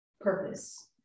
purpose